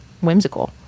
whimsical